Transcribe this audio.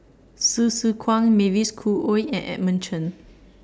Hsu Tse Kwang Mavis Khoo Oei and Edmund Chen